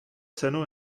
cenu